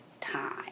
time